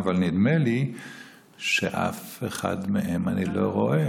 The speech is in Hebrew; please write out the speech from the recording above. אבל נדמה לי שאת אף אחד מהם אני לא רואה.